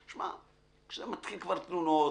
כשמתחילים כבר תלונות,